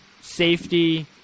safety